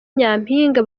nyampinga